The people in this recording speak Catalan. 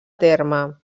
terme